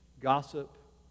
Gossip